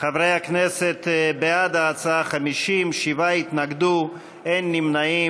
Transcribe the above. חברי הכנסת, בעד ההצעה, 50, נגד, 7, אין נמנעים.